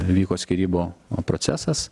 vyko skyrybų procesas